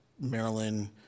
Maryland